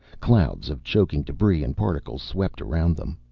clouds of choking debris and particles swept around them.